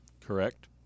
Correct